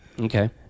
Okay